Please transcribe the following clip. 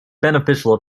beneficial